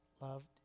loved